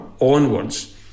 onwards